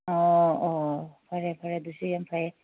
ꯑꯣ ꯑꯣ ꯐꯔꯦ ꯐꯔꯦ ꯑꯗꯨꯁꯨ ꯌꯥꯝ ꯐꯩꯌꯦ